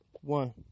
One